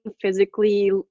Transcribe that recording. physically